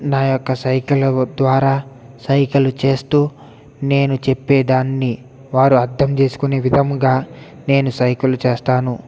నా యొక్క సైగల ద్వారా సైగలు చేస్తు నేను చెప్పే దాన్ని వారు అర్ధంచేసుకునే విధంగా నేను సైగలు చేస్తాను